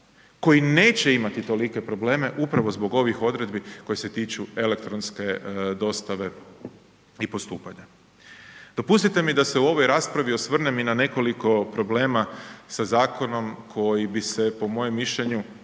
koji neće imati tolike probleme upravo zbog ovih odredbi koji se tiču elektronske dostave i postupanja. Dopustite mi da se u ovoj raspravi osvrnem i na nekoliko problema sa zakonom koji bi se po mojem mišljenju